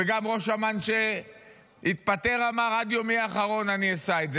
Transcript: וגם ראש אמ"ן שהתפטר אמר: עד יומי האחרון אני אשא את זה.